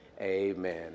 Amen